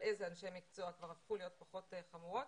איזה אנשי מקצוע כבר הפכו להיות פחות חמורות